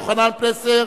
יוחנן פלסנר,